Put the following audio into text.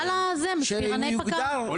מסבירי פיקוד העורף.